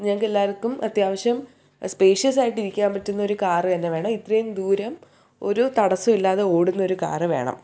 ഞങ്ങൾക്കെല്ലാവർക്കും അത്യാവശ്യം സ്പേഷ്യസായിട്ടിരിക്കാൻ പറ്റുന്നൊരു കാറ് തന്നെ വേണം ഇത്രേം ദൂരം ഒരു തടസ്സമില്ലാതെ ഒടുന്നൊരു കാറ് വേണം